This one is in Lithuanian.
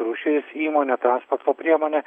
rūšis įmonė transporto priemonė